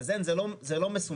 זה לא מסונכרן,